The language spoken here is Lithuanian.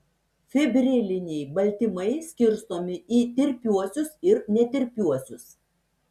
fibriliniai baltymai skirstomi į tirpiuosius ir netirpiuosius